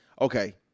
Okay